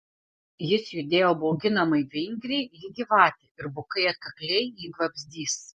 jis judėjo bauginamai vingriai lyg gyvatė ir bukai atkakliai lyg vabzdys